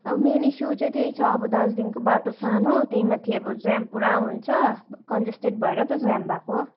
अब main issue चाहिँ त्यही छ अब दार्जिलिङको बाटो सानो त्यही माथि अब जाम पुरा हुन्छ कन्जेस्टेड भएर त जाम भएको